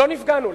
לא נפגענו.